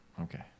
Okay